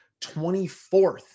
24th